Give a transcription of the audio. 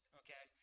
okay